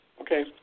Okay